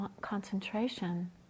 concentration